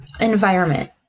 environment